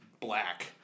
black